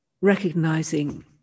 recognizing